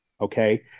Okay